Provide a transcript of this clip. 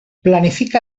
planifica